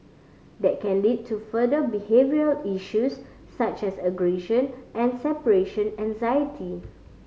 that can lead to further behavioural issues such as aggression and separation anxiety